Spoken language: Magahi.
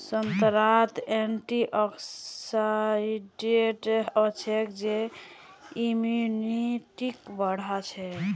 संतरात एंटीऑक्सीडेंट हचछे जे इम्यूनिटीक बढ़ाछे